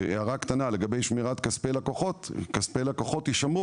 הערה קטנה לגבי שמירת כספי לקוחות: כספי לקוחות יישמרו,